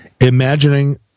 imagining